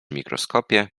mikroskopie